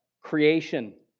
creation